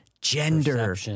gender